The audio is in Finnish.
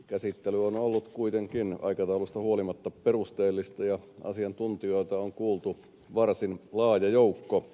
käsittely on ollut kuitenkin aikataulusta huolimatta perusteellista ja asiantuntijoita on kuultu varsin laaja joukko